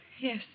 Yes